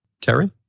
Terry